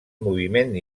moviment